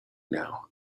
now